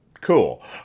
Cool